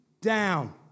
down